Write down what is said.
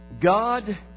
God